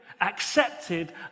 accepted